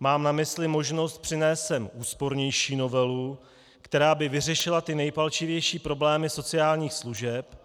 Mám na mysli možnost přinést sem úspornější novelu, která by vyřešila ty nejpalčivější problémy sociálních služeb,